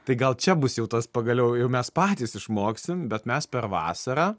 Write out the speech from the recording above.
tai gal čia bus jau tas pagaliau jau mes patys išmoksim bet mes per vasarą